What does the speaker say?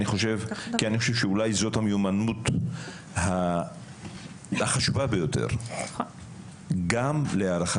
אני חושב שזאת אולי המיומנות החשובה ביותר גם להערכה